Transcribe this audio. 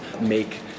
make